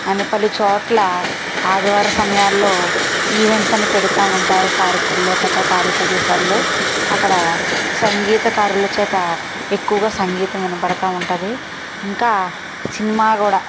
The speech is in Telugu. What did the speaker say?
అని పలుచోట్ల ఆదివార సమయాల్లో ఈవెంట్స్ అని పెడుతా ఉంటారు పార్కుల్లో కట్టా ఖాళీ ప్రదేశాల్లో అక్కడ సంగీతకారుల చేత ఎక్కువగా సంగీతం వినబడుతూ ఉంటుంది ఇంకా సినిమా కూడా